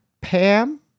Pam